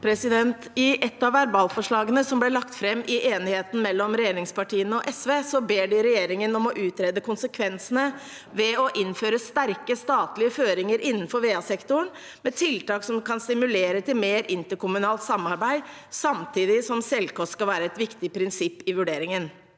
I ett av ver- balforslagene som ble lagt fram i enigheten mellom regjeringspartiene og SV, ber de regjeringen om å utrede konsekvensene ved å innføre sterke statlige føringer innenfor VA-sektoren, med tiltak som kan stimulere til mer interkommunalt samarbeid, samtidig som selvkost skal være et viktig prinsipp i vurderingen.